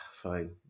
fine